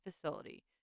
facility